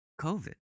COVID